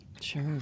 Sure